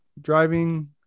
driving